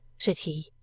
said he.